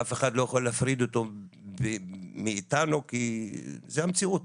ואף אחד לא יכול להפריד אותו מאתנו כי זאת המציאות